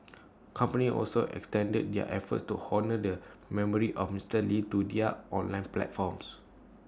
companies also extended their efforts to honour the memory of Mister lee to their online platforms